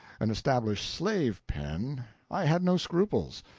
an established slave-pen, i had no scruples,